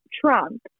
Trump